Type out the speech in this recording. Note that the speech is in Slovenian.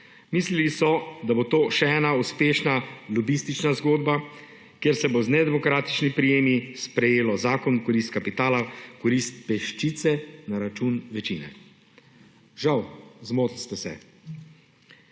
Mislili so, da bo to še ena uspešna lobistična zgodba, kjer se bo z nedemokratičnimi prijemi sprejelo zakon v korist kapitala, v korist peščice na račun večine. Žal, zmotili ste se!